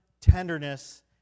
tenderness